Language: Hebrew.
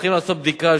צריכים לעשות בדיקה,